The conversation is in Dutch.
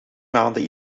maanden